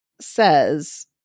says